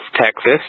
Texas